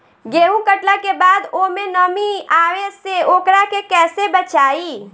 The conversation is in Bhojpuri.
गेंहू कटला के बाद ओमे नमी आवे से ओकरा के कैसे बचाई?